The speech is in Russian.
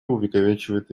увековечивает